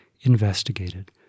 investigated